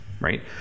right